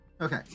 okay